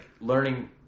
learning